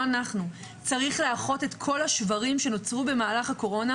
צריך לאחות את כל השברים שנוצרו במהלך הקורונה,